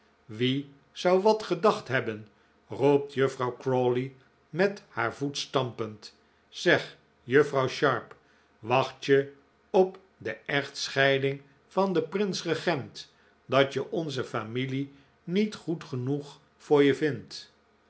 wie zou wat gedacht hebben roept juffrouw crawley met haar voet stampend zeg juffrouw sharp wacht je op de echtscheiding van den prins regent dat je onze familie niet goed genoeg voor je vindt